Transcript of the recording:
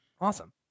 Awesome